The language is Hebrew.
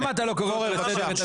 למה אתה לא קורא לחבר הכנסת אזולאי?